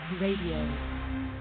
Radio